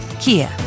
Kia